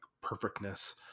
perfectness